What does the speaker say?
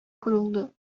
kuruldu